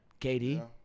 KD